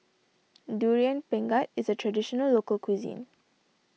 Durian Pengat is a Traditional Local Cuisine